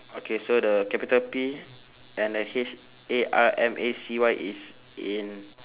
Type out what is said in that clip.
okay so the capital P and the H A R M A C Y is in